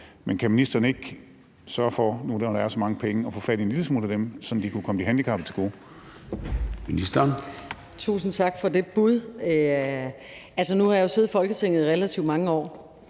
er så mange penge, at få fat i en lille smule af dem, så de kunne komme de handicappede til gode?